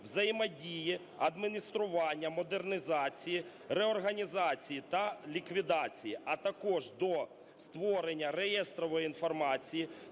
взаємодії, адміністрування, модернізації, реорганізації та ліквідації, а також до створення реєстрової інформації